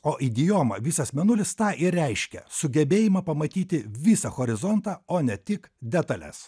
o idioma visas mėnulis tą ir reiškia sugebėjimą pamatyti visą horizontą o ne tik detales